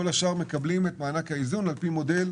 כל השאר מקבלות את מענק האיזון על פי מודל